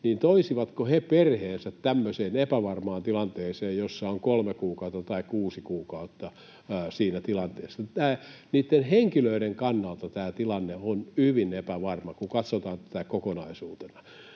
toisivatko he perheensä tämmöiseen epävarmaan tilanteeseen, jossa on kolme kuukautta tai kuusi kuukautta siinä tilanteessa? Niitten henkilöiden kannalta tämä tilanne on hyvin epävarma, kun katsotaan tätä kokonaisuutena,